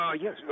Yes